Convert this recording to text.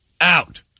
out